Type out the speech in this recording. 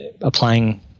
applying